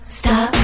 stop